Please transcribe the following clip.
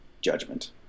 judgment